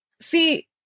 See